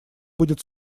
будет